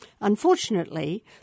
Unfortunately